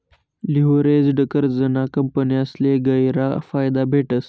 leveraged कर्जना कंपन्यासले गयरा फायदा भेटस